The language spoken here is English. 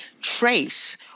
trace